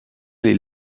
les